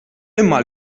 imma